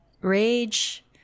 Rage